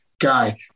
guy